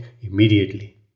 immediately